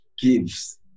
gives